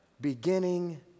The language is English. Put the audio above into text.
beginning